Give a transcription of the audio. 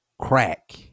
crack